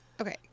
Okay